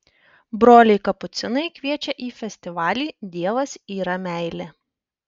broliai kapucinai kviečia į festivalį dievas yra meilė